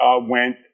went